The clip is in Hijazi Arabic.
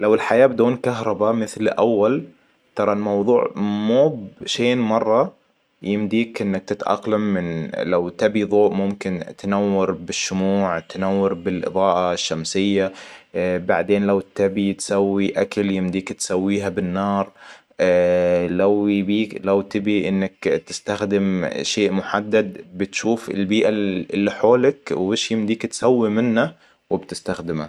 لو الحياة بدون كهربا مثل أول ترى الموضوع موب شين مرة يمديك إنك تتأقلم من لو تبي ضوء ممكن تنور بالشموع تنور بالإضاءة الشمسية بعدين لو تبي تسوي أكل يمديك تسويها بالنار لو يبيك - لو تبي إنك تستخدم شيء محدد بتشوف البيئة اللي حولك وش يمديك تسوي منه وبتستخدمه